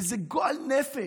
איזה גועל נפש.